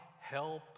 help